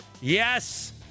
Yes